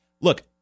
look